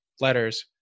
letters